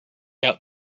out